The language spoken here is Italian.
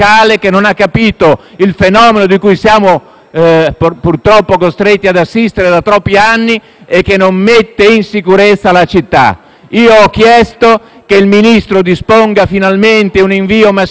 Io ho chiesto che il Ministro disponga finalmente un invio massiccio di Forze dell'ordine per fronteggiare questa situazione; ho chiesto un invio massiccio di un contingente di almeno 50 militari